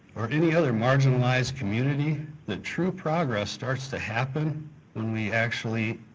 or any other marginalized community, the true progress starts to happen when we actually